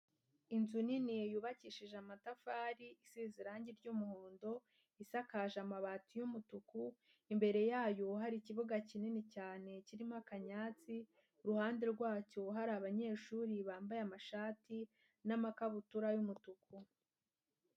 Inzu nini yubakishije amatafari isize irangi ry'umuhondo, isakaje amabati y'umutuku, imbere yayo hari ikibuga kinini cyane kirimo akanyatsi, iruhande rwacyo hari abanyeshuri bambaye amashati n'amakabutura y'umutuku.